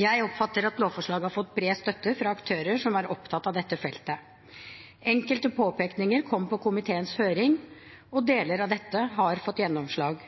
Jeg oppfatter at lovforslaget har fått bred støtte fra aktører som er opptatt av dette feltet. Enkelte påpekninger kom på komiteens høring, og deler av dette har fått gjennomslag.